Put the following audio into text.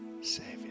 Savior